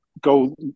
go